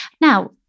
now